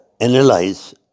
analyze